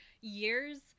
years